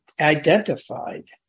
identified